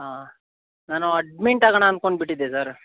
ಹಾಂ ನಾನು ಅಡ್ಮಿಂಟ್ ಆಗೋಣ ಅನ್ಕೊಂಡುಬಿಟ್ಟಿದ್ದೆ ಸರ್